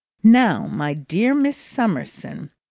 now, my dear miss summerson,